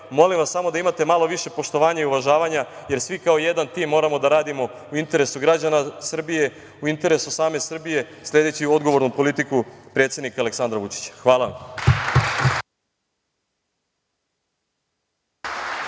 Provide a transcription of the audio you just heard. molim vas samo da imate malo više poštovanja i uvažavanja, jer svi kao jedan tim moramo da radimo u interesu građana Srbije, u interesu same Srbije sledeći odgovornu politiku predsednika Aleksandra Vučića. Hvala